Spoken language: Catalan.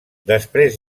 després